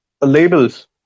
Labels